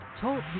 Talk